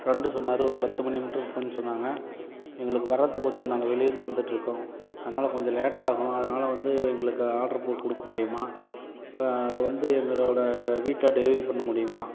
friend சொன்னார் ஒரு பத்துமணி மட்டும் இருக்குமுன்னு சொன்னாங்க எங்களுக்கு வரத்துக்கு கொஞ்சம் நாங்கள் வெளியிலிருந்து வந்துகிட்டு இருக்கோம் அதனால கொஞ்சம் லேட்டாகும் அதனால வந்து எங்களுக்கு ஆர்டர் கொடுக்க முடியுமா அதை வந்து எங்கோளோடய வீட்டில டெலிவரி பண்ண முடியுமா